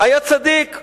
היה צדיק,